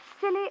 silly